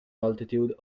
altitude